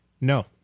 No